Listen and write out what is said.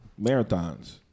marathons